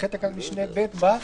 אחרי תקנת משנה (ב) בא: